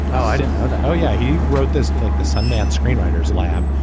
oh i didn't know that. oh yeah. he wrote this like the sundance screenwriters lab.